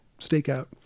Stakeout